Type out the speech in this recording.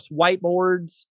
whiteboards